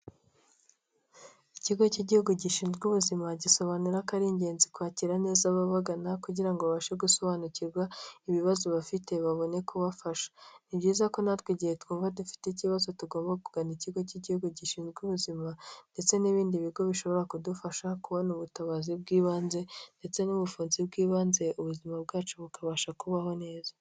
Ikigo cy'igihugu gishinzwe ubuzima gisobanura ko ari ingenzi kwakira neza ababagana, kugira ngo babashe gusobanukirwa ibibazo bafite babone kubafasha. Ni byiza ko natwe igihe twumva dufite ikibazo, tugomba kugana ikigo cy'igihugu gishinzwe ubuzima, ndetse n'ibindi bigo bishobora kudufasha kubona ubutabazi bw'ibanze, ndetse n'ubuvunzi bw'ibanze, bityo ubuzima bwacu bukabasha kuba bwagenda neza.